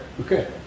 Okay